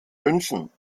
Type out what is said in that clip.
münchen